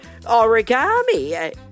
origami